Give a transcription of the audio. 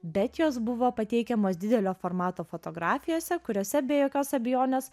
bet jos buvo pateikiamos didelio formato fotografijose kuriose be jokios abejonės